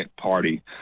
party